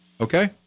Okay